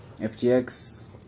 FTX